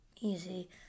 easy